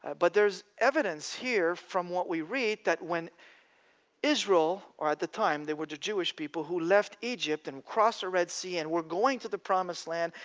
but there's evidence here from what we read, that when israel, or at the time they were the jewish people, who left egypt and crossed the red sea and were going to the promised land,